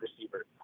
receiver